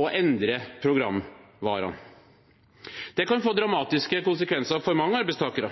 og endrer programvaren. Det kan få dramatiske konsekvenser for mange arbeidstakere.